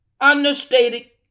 understated